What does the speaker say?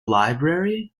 library